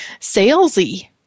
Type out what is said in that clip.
salesy